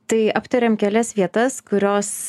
tai aptarėm kelias vietas kurios